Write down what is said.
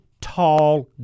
tall